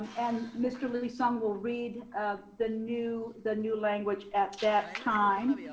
and mr. lee-sung will read the new the new language at that time.